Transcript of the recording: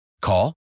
Call